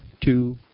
two